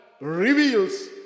reveals